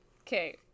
Okay